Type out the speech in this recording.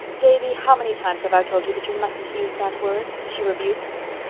davy, how many times have i told you that you mustn't use that word, she rebuked.